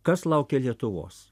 kas laukia lietuvos